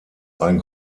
ein